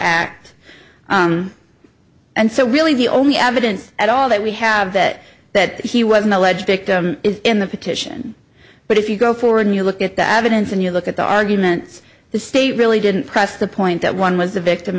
act and so really the only evidence at all that we have that that he was an alleged victim is in the petition but if you go forward and you look at the avenues and you look at the arguments the state really didn't press the point that one was a victim